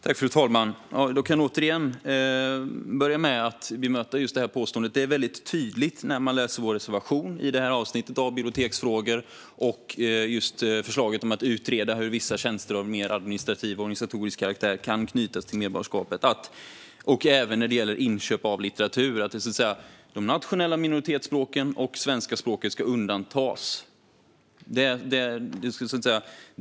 Fru talman! Jag kan återigen börja med att bemöta detta påstående. Det är tydligt när man läser vår reservation i avsnittet om biblioteksfrågor, just när det gäller förslaget om att utreda hur vissa tjänster av mer organisatorisk och administrativ karaktär kan knytas till medborgarskapet, även när det gäller inköp av litteratur, att de nationella minoritetsspråken och svenska språket ska undantas.